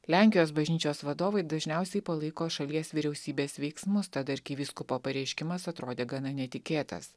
lenkijos bažnyčios vadovai dažniausiai palaiko šalies vyriausybės veiksmus tad arkivyskupo pareiškimas atrodė gana netikėtas